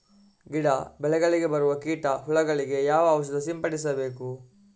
ಗಿಡ, ಬೆಳೆಗಳಿಗೆ ಬರುವ ಕೀಟ, ಹುಳಗಳಿಗೆ ಯಾವ ಔಷಧ ಸಿಂಪಡಿಸಬೇಕು?